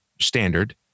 standard